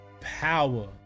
Power